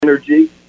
energy